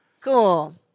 Cool